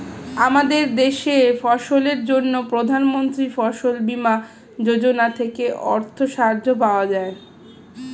আমাদের দেশে ফসলের জন্য প্রধানমন্ত্রী ফসল বীমা যোজনা থেকে অর্থ সাহায্য পাওয়া যায়